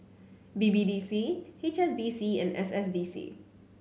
B B D C H S B C and S S D C